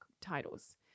titles